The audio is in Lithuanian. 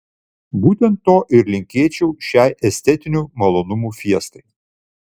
būtent to ir linkėčiau šiai estetinių malonumų fiestai